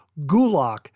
Gulak